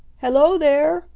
hello there!